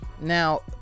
Now